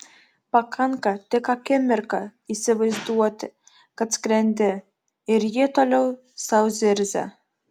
pakanka tik akimirką įsivaizduoti kad skrendi ir jie toliau sau zirzia